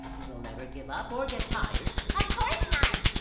you'll never give up or get tired? of course not!